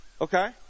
okay